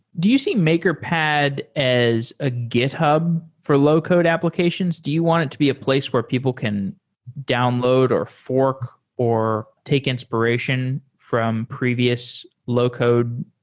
do you see makerpad as a github for low-code applications? do you want it to be a place where people can download or fork or take inspiration from previous low-code,